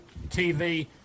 TV